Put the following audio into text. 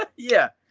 um yeah.